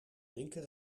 linker